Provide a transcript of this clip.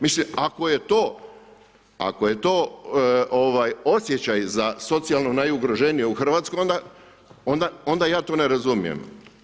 Mislim ako je to osjećaj za socijalno najugroženije u RH, onda ja to ne razumijem.